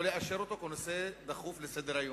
או לא לאשר אותו כנושא דחוף לסדר-היום,